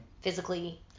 physically